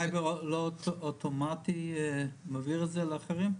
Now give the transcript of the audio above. זה לא אוטומטי מעביר את זה לאחרים?